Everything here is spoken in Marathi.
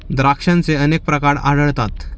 द्राक्षांचे अनेक प्रकार आढळतात